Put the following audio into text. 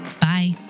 Bye